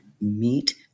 meet